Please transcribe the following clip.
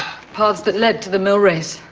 paths that led to the millrace.